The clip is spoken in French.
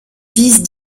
visent